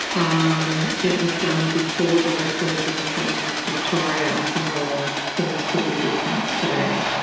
um it was done before the resurgence in victoria, so things could be different today.